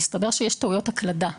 מסתבר שיש טעויות הקלדה.